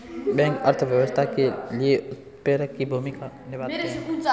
bank अर्थव्यवस्था के लिए उत्प्रेरक की भूमिका निभाते है